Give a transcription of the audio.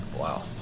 wow